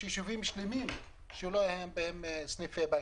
יש יישובים שלמים שלא היו בהם סניפים.